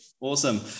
Awesome